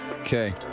Okay